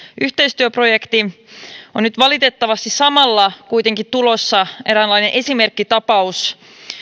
yhteistyöprojekti on nyt valitettavasti samalla kuitenkin tulossa eräänlainen esimerkkitapaus